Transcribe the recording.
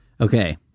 Okay